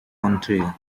montreal